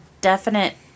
definite